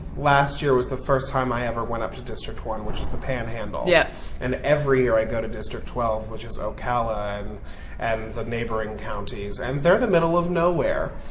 last year was the first time i ever went up to district one which is the panhandle yeah and every year i go to district twelve which is ocala um and the neighboring counties and they're the middle of nowhere.